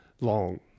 long